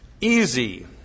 Easy